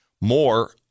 More